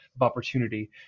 opportunity